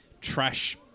trash